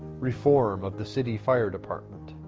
reform of the city fire department,